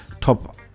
top